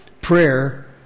prayer